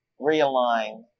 realign